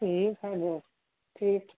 ٹھیک ہے ج ٹھیک